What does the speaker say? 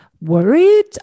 worried